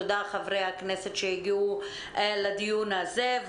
תודה לחברי הכנסת שהגיעו לדיון הזה.